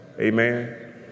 Amen